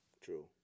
True